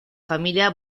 familia